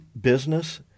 business